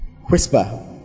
Whisper